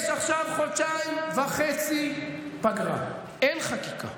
יש עכשיו חודשיים וחצי פגרה, אין חקיקה,